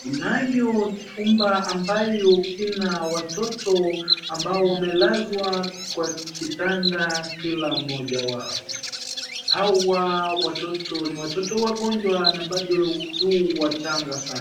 Kunayo chumba ambacho kina watoto ambapo wamelazwa kwa kitanda kila mmoja wao. Hawa watoto ni watoto wagonjwa na bado yuu wachanga sana.